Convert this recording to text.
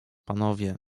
panowie